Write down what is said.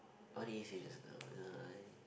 what did he say just now